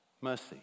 Mercy